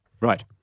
Right